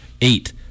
Eight